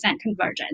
conversion